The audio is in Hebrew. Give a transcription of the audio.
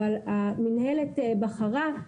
אבל המינהלת בחרה,